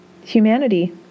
humanity